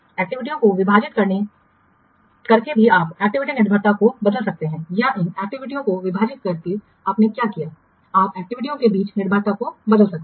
एक्टिविटीयों को विभाजित करके भी आप एक्टिविटी निर्भरता को बदल सकते हैं या इन एक्टिविटीयों को विभाजित करके आपने क्या किया आप एक्टिविटीयों के बीच निर्भरता को बदल सकते हैं